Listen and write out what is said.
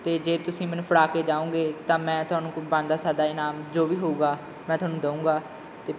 ਅਤੇ ਜੇ ਤੁਸੀਂ ਮੈਨੂੰ ਫੜਾ ਕੇ ਜਾਓਗੇ ਤਾਂ ਮੈਂ ਤੁਹਾਨੂੰ ਕੋਈ ਬਣਦਾ ਸਰਦਾ ਇਨਾਮ ਜੋ ਵੀ ਹੋਵੇਗਾ ਮੈਂ ਤੁਹਾਨੂੰ ਦਊਂਗਾ ਅਤੇ